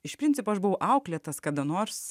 iš principo aš buvau auklėtas kada nors